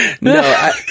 No